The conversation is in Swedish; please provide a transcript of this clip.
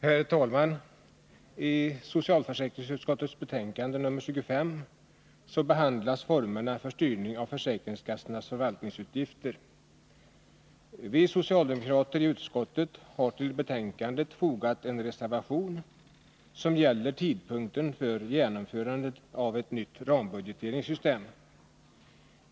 Herr talman! I socialförsäkringsutskottets betänkande 25 behandlas formerna för styrning av försäkringskassornas förvaltningsutgifter. Vi socialdemokrater i utskottet har till betänkandet fogat en reservation, som gäller tidpunkten för genomförandet av ett nytt rambudgeteringssystem.